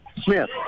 Smith